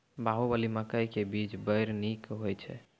बाहुबली मकई के बीज बैर निक होई छै